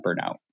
burnout